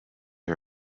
her